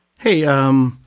Hey